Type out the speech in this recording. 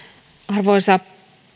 arvoisa